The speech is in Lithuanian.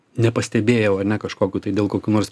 nepastebėjau ane kažkokių tai dėl kokių nors